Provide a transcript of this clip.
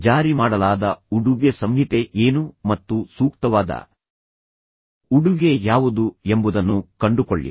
ಜಾರಿ ಮಾಡಲಾದ ಉಡುಗೆ ಸಂಹಿತೆ ಏನು ಮತ್ತು ಸೂಕ್ತವಾದ ಉಡುಗೆ ಯಾವುದು ಎಂಬುದನ್ನು ಕಂಡುಕೊಳ್ಳಿ